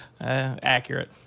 Accurate